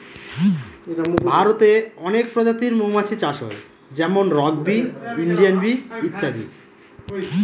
ভারতে অনেক প্রজাতির মৌমাছি চাষ হয় যেমন রক বি, ইন্ডিয়ান বি ইত্যাদি